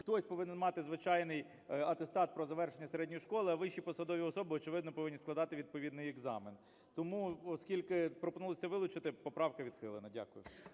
Хтось повинен мати звичайний атестат про завершення середньої школи, а вищі посадові особи, очевидно, повинні складати відповідний екзамен. Тому, оскільки пропонується це вилучити, поправка відхилена. Дякую.